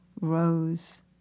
rose